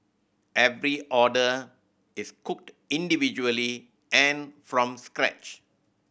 every order is cooked individually and from scratch